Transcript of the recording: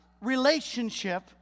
relationship